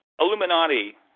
Illuminati